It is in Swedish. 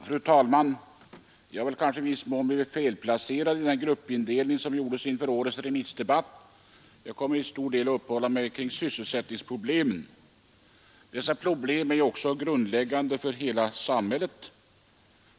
Fru talman! Jag har i viss mån blivit felplacerad vid den ämnesindelning som gjordes inför årets remissdebatt. Jag kommer till stor del att uppehålla mig vid sysselsättningsproblemen. Dessa problem är grundläggande för hela samhället.